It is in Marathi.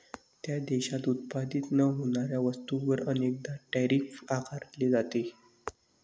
त्या देशात उत्पादित न होणाऱ्या वस्तूंवर अनेकदा टैरिफ आकारले जाते